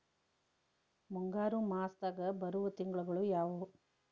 ಮುಂಗಾರು ಮಾಸದಾಗ ಬರುವ ತಿಂಗಳುಗಳ ಯಾವವು?